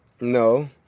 No